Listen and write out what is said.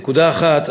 נקודה אחת,